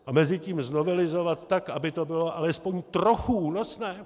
A mezitím znovelizovat tak, aby to bylo alespoň trochu únosné?